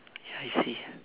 ya I see